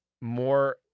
more